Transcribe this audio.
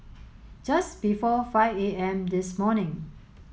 just before five A M this morning